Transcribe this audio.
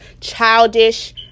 Childish